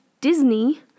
Disney